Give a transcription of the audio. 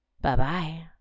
Bye-bye